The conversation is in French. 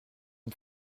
une